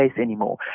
anymore